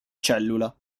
cellula